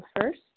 first